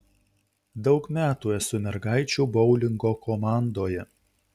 daug metų esu mergaičių boulingo komandoje